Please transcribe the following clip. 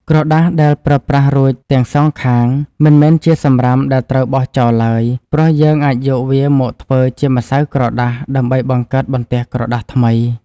ក្រដាសដែលប្រើប្រាស់រួចទាំងសងខាង មិនមែនជាសំរាមដែលត្រូវបោះចោលឡើយ ព្រោះយើងអាចយកវាមកធ្វើជាម្សៅក្រដាសដើម្បីបង្កើតបន្ទះក្រដាសថ្មី។